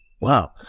Wow